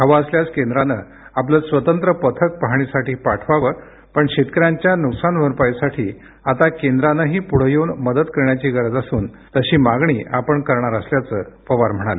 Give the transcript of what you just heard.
हवं असल्यास केंद्राने आपलं स्वतंत्र पथक पाहणीसाठी पाठवावं पण शेतकऱ्यांच्या नुकसान भरपाईसाठी आता केंद्रानेही पुढं येऊन मदत करण्याची गरज असून तशी मागणी आम्ही करणार असल्याचं पवार म्हणाले